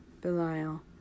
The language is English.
Belial